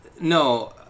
No